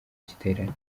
giterane